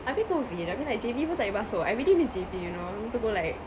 habis COVID habis like J_B pun tak boleh masuk I really miss J_B you know I want to go like